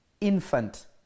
infant